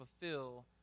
fulfill